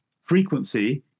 frequency